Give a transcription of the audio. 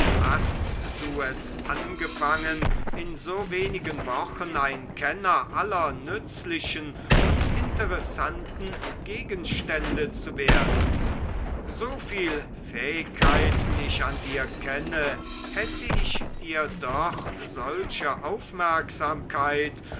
hast du es angefangen in so wenigen wochen ein kenner aller nützlichen und interessanten gegenstände zu werden so viel fähigkeiten ich an dir kenne hätte ich dir doch solche aufmerksamkeit